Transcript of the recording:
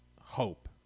hope